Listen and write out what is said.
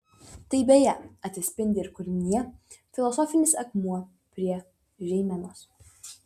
tai beje atsispindi ir kūrinyje filosofinis akmuo prie žeimenos